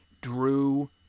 Drew